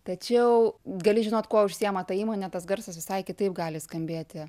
tačiau gali žinot kuo užsiima ta įmonė tas garsas visai kitaip gali skambėti